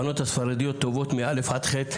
הבנות הספרדיות טובות מ- א' עד ח',